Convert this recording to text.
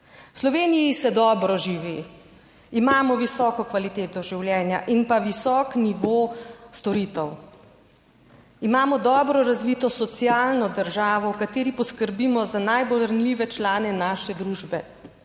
Sloveniji se dobro živi. Imamo visoko kvaliteto življenja in pa visok nivo storitev. Imamo dobro razvito socialno državo, v kateri poskrbimo za najbolj ranljive člane naše družbe.